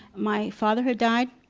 my father had died,